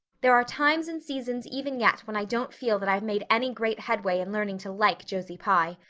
there are times and seasons even yet when i don't feel that i've made any great headway in learning to like josie pye!